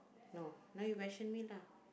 no now you question me lah